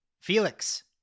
Felix